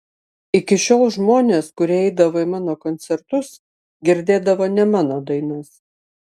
iki šiol žmonės kurie eidavo į mano koncertus girdėdavo ne mano dainas